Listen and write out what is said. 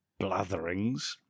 blatherings